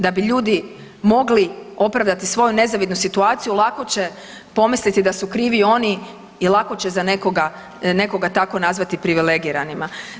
Da bi ljudi mogli opravdati svoju nezavidnu situaciju lako će pomisliti da su krivi i oni i lako će za nekoga tako nazvati privilegiranima.